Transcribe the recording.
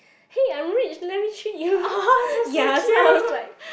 hey I'm rich let me treat you ya so I was like